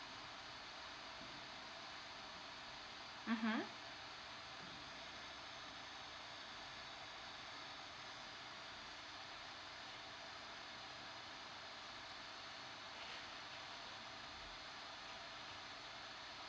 mmhmm